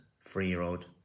three-year-old